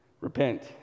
repent